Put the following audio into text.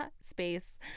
Space